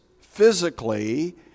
physically